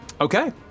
Okay